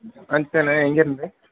ஜங்ஷன்னு எங்கேயிருந்து